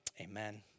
Amen